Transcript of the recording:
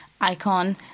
icon